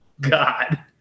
God